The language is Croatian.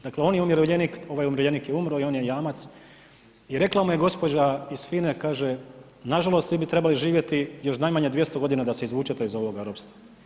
Dakle, on je umirovljenik, ovaj umirovljenik je umro i on je jamac i rekla mu je gospođa ih FINE, kaže nažalost vi bi trebali živjeti još najmanje 200 godina da se izvučete iz ovoga ropstva.